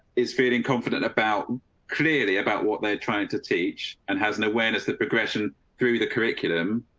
is feeling confident about clearly about what they're trying to teach and has no awareness that progression through the curriculum.